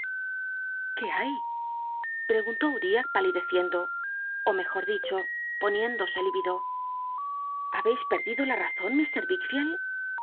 qué hay preguntó uriah palideciendo ó mejot dicho poniéndose liido ha beis perdido la razon